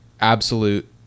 absolute